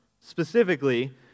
Specifically